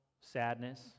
sadness